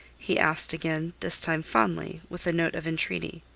he asked again, this time fondly, with a note of entreaty.